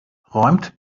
räumt